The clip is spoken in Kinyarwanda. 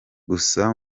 gusa